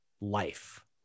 life